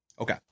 okay